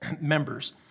members